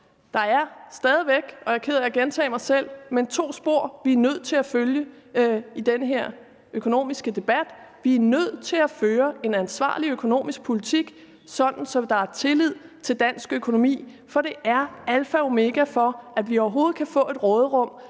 Der er stadig væk – og jeg er ked af at gentage mig selv – to spor, vi er nødt til at følge i den her økonomiske debat. Vi er nødt til at føre en ansvarlig økonomisk politik, så der er tillid til dansk økonomi, for det er alfa og omega for, at vi overhovedet kan få et råderum